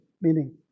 meaning